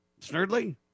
Snurdly